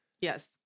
Yes